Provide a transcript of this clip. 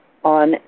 on